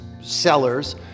sellers